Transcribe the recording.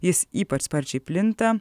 jis ypač sparčiai plinta